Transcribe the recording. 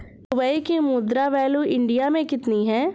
Dubai की मुद्रा value India मे कितनी है?